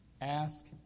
ask